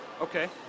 Okay